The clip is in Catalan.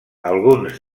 alguns